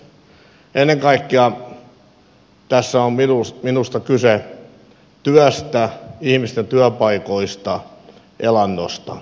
ennen kaikkea tässä on minusta kyse työstä ihmisten työpaikoista elannosta